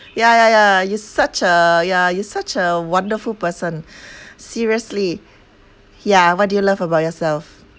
ya ya ya you such a yeah you such a wonderful person seriously yeah what do you love about yourself